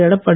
Edappadi